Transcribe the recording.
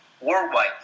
worldwide